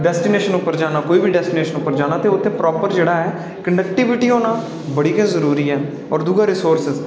destination उप्पर जाना कोई बी डैसटीनेशन उप्पर जाना ते उत्थैं प्रॉपर जेह्ड़ी ऐ कनैक्टिविटी होना बड़ी गै जरूरी ऐ होर दूआ रिसोर्स